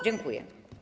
Dziękuję.